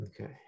okay